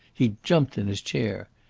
he jumped in his chair.